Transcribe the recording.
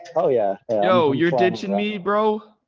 oh yeah, no, you're ditching me, bro.